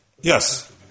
Yes